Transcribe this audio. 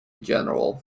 general